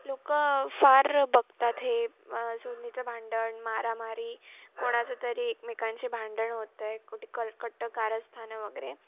लोकं फार बघतात हे सुनेचं भांडण मारामारी कोणाचं तरी एकमेकांशी भांडण होतं आहे कुठं कर कट कारस्थानं वगैरे